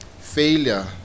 failure